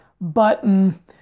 button